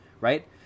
right